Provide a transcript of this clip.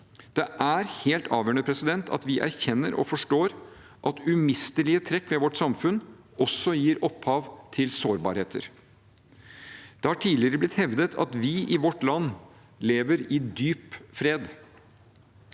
Det er helt avgjørende at vi erkjenner og forstår at umistelige trekk ved vårt samfunn også gir opphav til sårbarheter. Det har tidligere blitt hevdet at vi i vårt land lever i dyp fred.